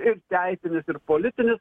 ir teisinis ir politinis